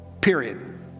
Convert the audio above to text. period